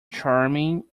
charming